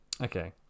Okay